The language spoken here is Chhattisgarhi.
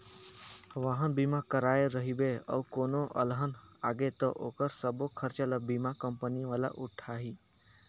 वाहन बीमा कराए रहिबे अउ कोनो अलहन आगे त ओखर सबो खरचा ल बीमा कंपनी वाला हर उठाही